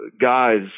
guys